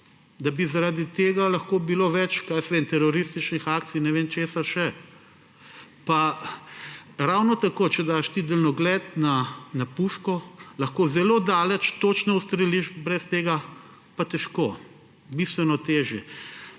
da bi zaradi tega lahko bilo več, kaj jaz vem, terorističnih akcij, ne vem česa še. Pa ravno tako, če daš ti daljnogled na puško, lahko zelo daleč točno ustreliš, brez tega pa težko, bistveno težje.